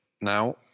now